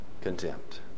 contempt